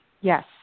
Yes